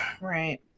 right